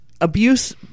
abuse